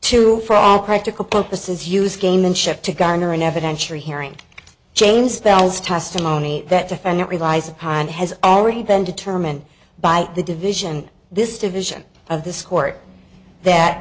to for all practical purposes use game and ship to garner an evidentiary hearing james bell's testimony that defendant relies upon has already been determined by the division this division of this court that